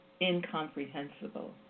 incomprehensible